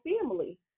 family